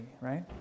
right